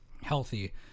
healthy